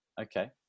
Okay